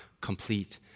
complete